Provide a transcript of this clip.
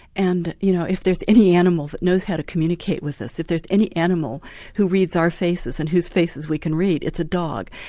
and you know if there's any animal that knows how to communicate with us, if there's any animal who reads our faces and whose faces we can read, it's a dog.